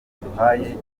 baduhaye